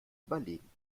überlegen